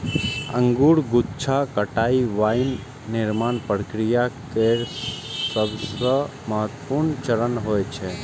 अंगूरक गुच्छाक कटाइ वाइन निर्माण प्रक्रिया केर सबसं महत्वपूर्ण चरण होइ छै